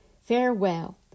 Farewell